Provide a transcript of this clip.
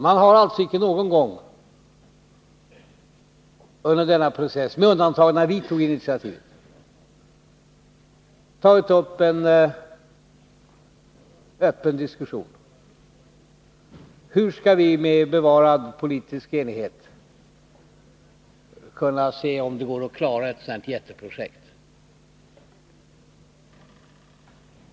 Man har alltså icke någon gång under denna process, med undantag av när vi tog initiativet, tagit upp en öppen diskussion i frågan hur vi med bevarad politisk enighet skall kunna se om det går att klara ett sådant här jätteprojekt.